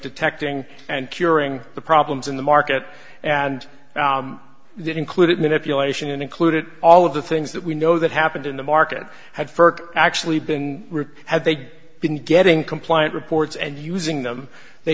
detecting and curing the problems in the market and that included manipulation included all of the things that we know that happened in the market had ferk actually been written had they been getting compliant reports and using them they